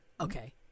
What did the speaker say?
Okay